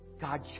God